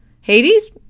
Hades